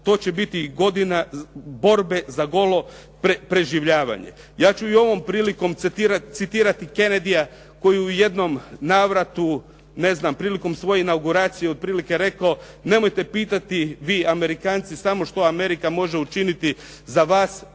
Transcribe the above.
to će biti i godina borbe za golo preživljavanje. Ja ću i ovom prilikom citirati Kenedya koji je u jednom navratu prilikom svoje inauguracije otprilike rekao: "Nemojte pitati vi Amerikanci samo što Amerika može učiniti za vas,